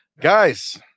guys